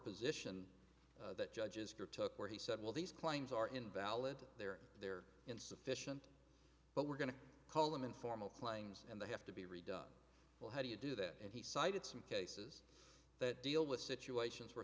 position that judge's career took where he said well these claims are invalid they're there insufficient but we're going to call them informal claims and they have to be redone well how do you do that and he cited some cases that deal with situations where